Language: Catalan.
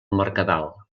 mercadal